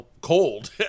cold